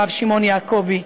הרב שמעון יעקבי,